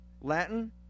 Latin